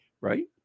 right